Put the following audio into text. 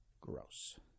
gross